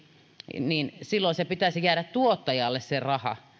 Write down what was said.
niin niin silloin pitäisi jäädä tuottajalle sen rahan